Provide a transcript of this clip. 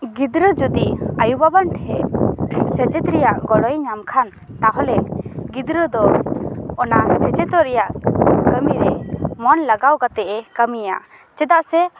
ᱜᱤᱫᱽᱨᱟᱹ ᱡᱩᱫᱤ ᱟᱭᱳ ᱵᱟᱵᱟ ᱴᱷᱮᱡ ᱥᱮᱪᱮᱫ ᱨᱮᱭᱟᱜ ᱜᱚᱲᱚᱭ ᱧᱟᱢ ᱠᱷᱟᱱ ᱛᱟᱦᱚᱞᱮ ᱜᱤᱫᱽᱨᱟᱹ ᱫᱚ ᱚᱱᱟ ᱥᱮᱪᱮᱫᱚᱜ ᱨᱮᱭᱟᱜ ᱠᱟᱹᱢᱤᱨᱮ ᱢᱚᱱ ᱞᱟᱜᱟᱣ ᱠᱟᱛᱮᱫ ᱮ ᱠᱟᱹᱢᱤᱭᱟ ᱪᱮᱫᱟᱜ ᱥᱮ